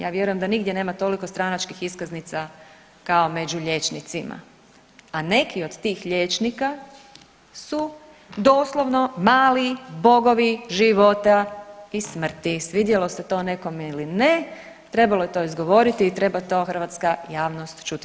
Ja vjerujem da nigdje nema toliko stranačkih iskaznica kao među liječnicima, a neki od tih liječnika su doslovno mali bogovi života i smrti, svidjelo se to nekome ili ne, trebalo je to izgovoriti i treba to hrvatska javnost čuti.